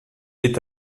est